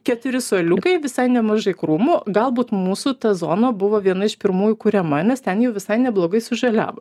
keturi suoliukai visai nemažai krūmų galbūt mūsų ta zona buvo viena iš pirmųjų kuriama nes ten jau visai neblogai sužaliavo